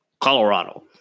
Colorado